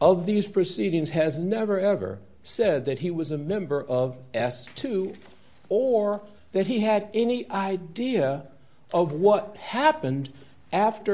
of these proceedings has never ever said that he was a member of s two or that he had any idea of what happened after